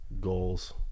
goals